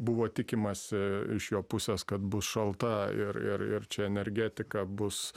buvo tikimasi iš jo pusės kad bus šalta ir ir ir čia energetika bus